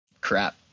crap